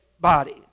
body